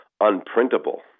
unprintable